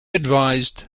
advised